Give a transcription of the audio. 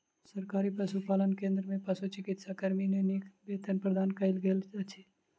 सरकारी पशुपालन केंद्र में पशुचिकित्सा कर्मी के नीक वेतन प्रदान कयल गेल अछि